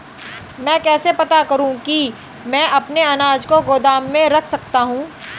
मैं कैसे पता करूँ कि मैं अपने अनाज को गोदाम में रख सकता हूँ?